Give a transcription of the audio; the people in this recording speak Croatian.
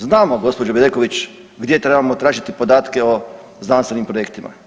Znamo gospođo Bedeković gdje trebamo tražiti podatke o znanstvenim projektima.